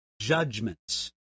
judgments